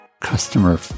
customer